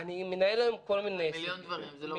אני מנהל היום כל מיני הליכים, מיליון דברים.